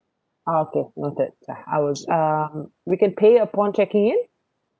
uh okay noted uh I will um we can pay upon checking in